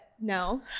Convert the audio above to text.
no